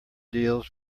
deals